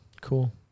Cool